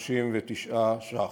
539 ש"ח.